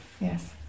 yes